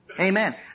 Amen